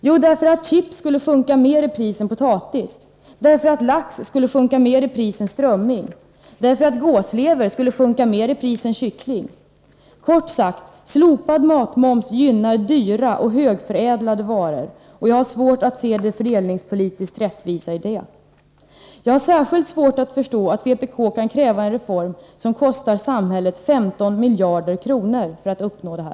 Jo, därför att chips skulle sjunka mer i pris än potatis, lax skulle sjunka mer i pris än strömming och gåslever skulle sjunka mer i pris än kyckling. Kort sagt: slopad matmoms gynnar dyra och högförädlade varor. Jag har svårt att se det fördelningspolitiskt rättvisa i detta. Jag har särskilt svårt att förstå att vpk kan kräva en reform som kostar samhället 15 miljarder kronor för att uppnå detta.